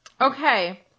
okay